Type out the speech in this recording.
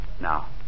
Now